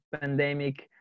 pandemic